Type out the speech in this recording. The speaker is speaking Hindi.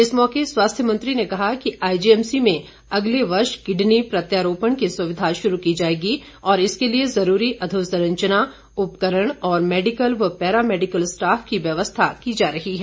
इस मौके स्वास्थ्य मंत्री ने कहा कि आईजीएमसी में अगले वर्ष किडनी प्रत्यारोपण की सुविधा शुरू की जाएगी और इसके लिए जरूरी अधोसंरचना उपकरण और मैडिकल व पैरा मैडिकल स्टॉफ की व्यवस्था की जा रही है